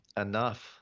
enough